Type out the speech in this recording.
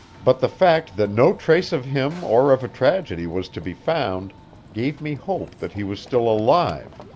but the fact that no trace of him or of a tragedy was to be found gave me hope that he was still alive.